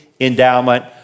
endowment